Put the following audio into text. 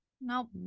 Nope